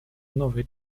nowej